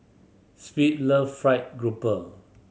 love fried grouper